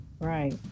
Right